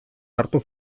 hartu